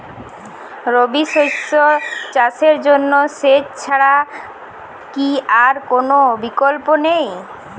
রবি শস্য চাষের জন্য সেচ ছাড়া কি আর কোন বিকল্প নেই?